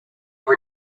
were